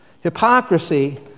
Hypocrisy